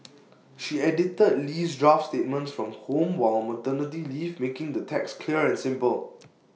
she edited Lee's draft statements from home while on maternity leave making the text clear and simple